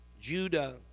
Judah